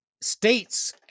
states